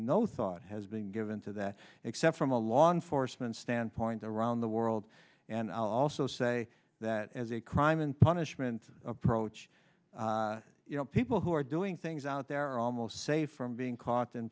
thought has been given to that except from a law enforcement standpoint around the world and i'll also say that as a crime and punishment approach you know people who are doing things out there almost say from being caught and